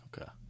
Okay